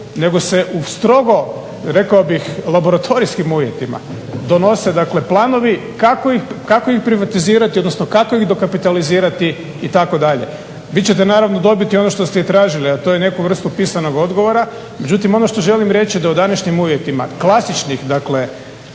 nego se u strogo, rekao bih laboratorijskim uvjetima donose planovi kako ih privatizirati, odnosno kako ih dokapitalizirati itd. Vi ćete naravno dobiti i ono što ste i tražili, a to je neku vrstu pisanog odgovora. Međutim, ono što želim reći da u današnjim uvjetima klasičnih, dakle